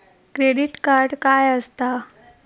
Credit card काय असता?